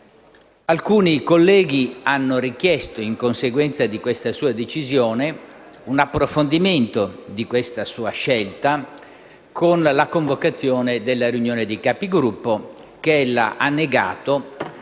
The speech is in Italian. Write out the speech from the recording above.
Alcuni colleghi hanno richiesto, in conseguenza della sua decisione, un approfondimento di questa sua scelta con la convocazione della Conferenza dei Capogruppo, che ella ha negato